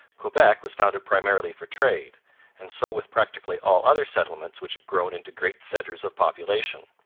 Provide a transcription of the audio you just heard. quebec was founded primarily for trade and so with practically all other settlements which have grown into great centres of population.